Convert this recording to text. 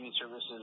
services